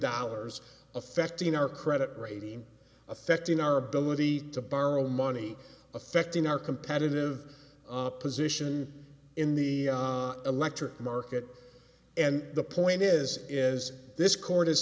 dollars affecting our credit rating affecting our ability to borrow money affecting our competitive position in the electric market and the point is is this court is